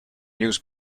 news